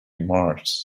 marshes